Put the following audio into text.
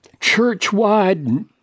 church-wide